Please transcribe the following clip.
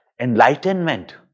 enlightenment